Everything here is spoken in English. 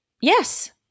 yes